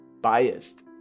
biased